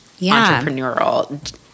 entrepreneurial